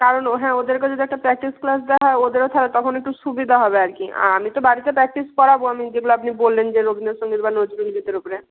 কারণ ও হ্যাঁ ওদেরকেও যদি একটা প্র্যাকটিস ক্লাস দেয়া হয় ওদেরও স্যার তখন একটু সুবিধা হবে আর কি আর আমি তো বাড়িতে প্র্যাকটিস করাবো আমি যেগুলো আপনি বললেন যে রবীন্দ্রসঙ্গীত বা নজরুল গীতির ওপরে